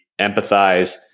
empathize